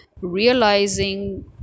realizing